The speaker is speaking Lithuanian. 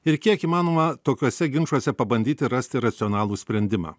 ir kiek įmanoma tokiuose ginčuose pabandyti rasti racionalų sprendimą